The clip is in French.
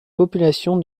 population